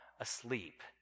asleep